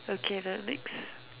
okay now next